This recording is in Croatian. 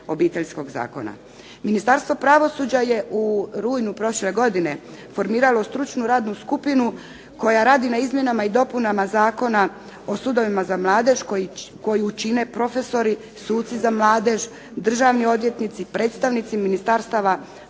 Ministarstvo pravosuđa je u rujnu prošle godine formiralo stručnu radnu skupinu koja radi na izmjenama i dopunama Zakona o sudovima za mladež, koju čine profesori, suci za mladež, državni odvjetnici, predstavnici ministarstava